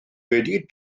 wedi